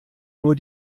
nur